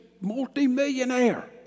multimillionaire